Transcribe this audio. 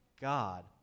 God